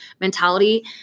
mentality